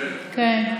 כן.